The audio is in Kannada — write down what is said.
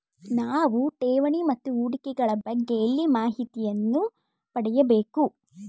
ನಾವು ಠೇವಣಿ ಮತ್ತು ಹೂಡಿಕೆ ಗಳ ಬಗ್ಗೆ ಎಲ್ಲಿ ಮಾಹಿತಿಯನ್ನು ಪಡೆಯಬೇಕು?